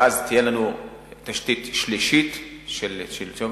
ואז תהיה לנו תשתית שלישית של המדינה.